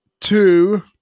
Two